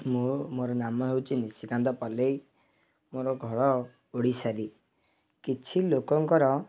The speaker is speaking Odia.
ମୁଁ ମୋର ନାମ ହେଉଛି ନିଶିକାନ୍ତ ପଲେଇ ମୋର ଘର ଓଡ଼ିଶାରେ କିଛି ଲୋକଙ୍କର